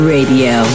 Radio